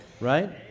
Right